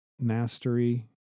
mastery